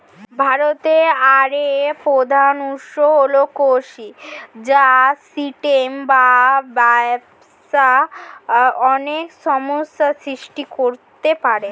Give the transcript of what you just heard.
ভারতের আয়ের প্রধান উৎস হল কৃষি, যা সিস্টেমে বা ব্যবস্থায় অনেক সমস্যা সৃষ্টি করতে পারে